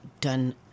done